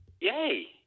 Yay